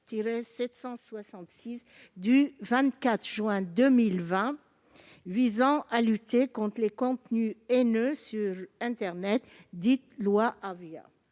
du 24 juin 2020 visant à lutter contre les contenus haineux sur internet, dite « loi Avia